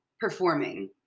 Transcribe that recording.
performing